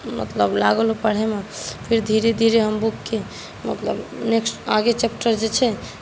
मतलब लागल ओ पढ़ैमे फिर धीरे धीरे हम बुकके मतलब नेक्स्ट मतलब आगे चैप्टर जे छै